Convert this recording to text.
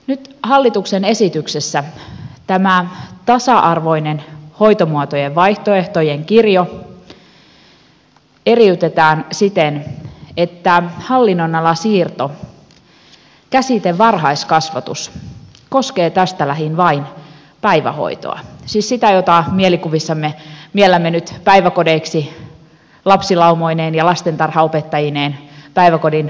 nyt hallituksen esityksessä tämä tasa arvoinen hoitomuotojen vaihtoehtojen kirjo eriytetään siten että hallinnonalasiirto käsite varhaiskasvatus koskee tästä lähin vain päivähoitoa siis sitä jota mielikuvissamme miellämme nyt päiväkodeiksi lapsilaumoineen ja lastentarhanopettajineen päiväkodin arkirytmeineen